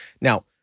Now